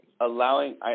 allowing –